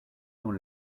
dans